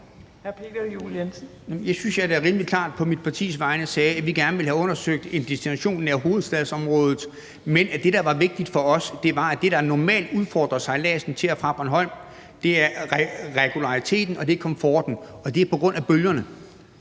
vegne sagde, at vi gerne vil have undersøgt en destination nær hovedstadsområdet, men at det, der var vigtigt for os, var, at det, der normalt udfordrer sejladsen til og fra Bornholm, er regulariteten og komforten, og det er på grund af bølgerne.